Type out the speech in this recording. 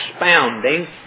expounding